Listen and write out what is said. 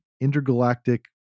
intergalactic